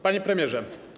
Panie Premierze!